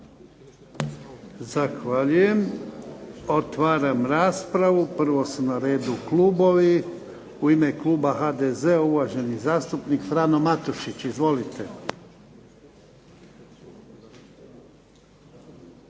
Zahvaljujem. Otvaram raspravu. Prvo su na redu klubovi. U ime kluba HDZ-a uvaženi zastupnik Frano Matušić. Izvolite.